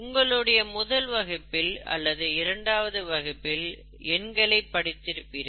உங்களுடைய முதல் வகுப்பில் அல்லது இரண்டாவது வகுப்பில் எண்களை படித்திருப்பீர்கள்